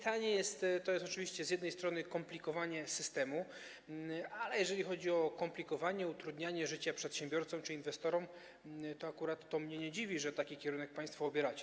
To jest oczywiście z jednej strony komplikowanie systemu, ale jeżeli chodzi o komplikowanie, utrudnianie życia przedsiębiorcom czy inwestorom, to akurat to mnie nie dziwi, że taki kierunek państwo obieracie.